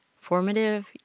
formative